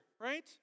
right